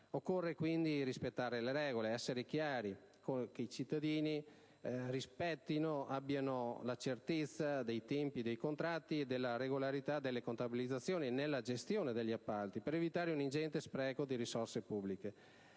Occorre quindi rispettare le regole, essere chiari con i cittadini, osservare i tempi dei contratti e la regolarità delle contabilizzazioni nella gestione degli appalti, per evitare un ingente spreco di risorse pubbliche.